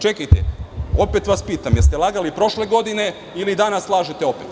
Čekajte, opet vas pitam, da li ste lagali prošle godine ili danas lažete opet?